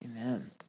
amen